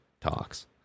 talks